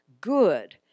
good